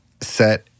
set